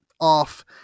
off